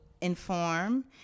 inform